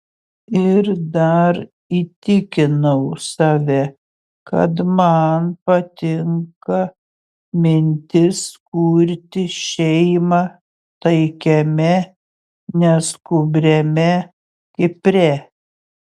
ir dar įtikinau save kad man patinka mintis kurti šeimą taikiame neskubriame kipre